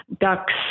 ducks